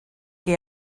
que